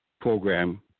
program